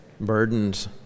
burdens